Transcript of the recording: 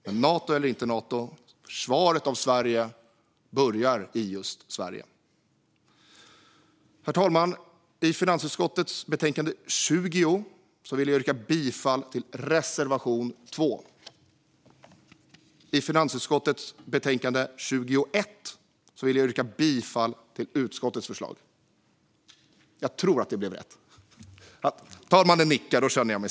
Men Nato eller inte Nato - försvaret av Sverige börjar i just Sverige. Herr talman! I finansutskottets betänkande 20 yrkar jag bifall till reservation 2. I finansutskottets betänkande 21 yrkar jag bifall till utskottets förslag.